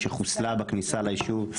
שחוסלה בכניסה ליישוב.